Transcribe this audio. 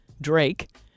Drake